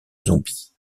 zombies